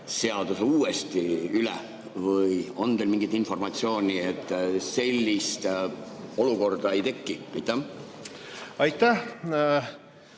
seaduse uuesti üle või on teil mingit informatsiooni, et sellist olukorda ei teki. Tänan,